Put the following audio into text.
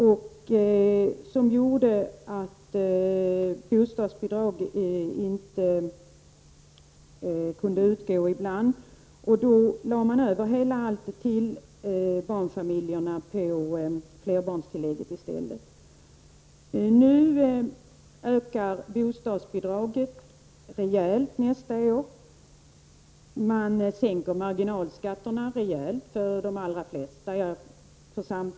Detta gjorde att bostadsbidrag ibland inte kunde utgå. Då lade man i stället över allt på flerbarnstillägget. Nästa år ökar bostadsbidraget rejält. För samtliga sänks också marginalskatterna rejält.